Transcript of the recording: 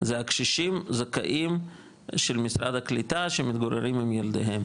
זה הקשישים זכאים של משרד הקליטה שמתגוררים עם ילדיהם